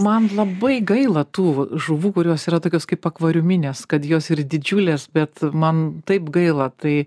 man labai gaila tų žuvų kurios yra tokios kaip akvariuminės kad jos ir didžiulės bet man taip gaila tai